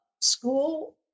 school